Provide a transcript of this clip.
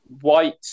white